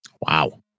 wow